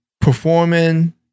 performing